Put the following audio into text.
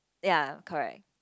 ya correct